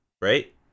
right